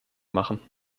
machen